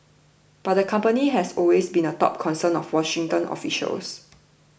but the company has also been a top concern of Washington officials